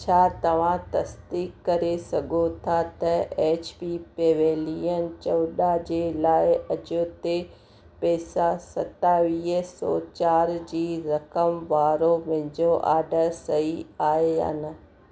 छा तव्हां तसदीक करे सघो था त एच पी पेविलियन चोॾहं जे लाइ अजियो ते पैसा सतावीह सौ चारि जी रक़म वारो मुंहिंजो ऑडर सही आहे या न